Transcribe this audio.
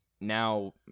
now